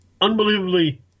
unbelievably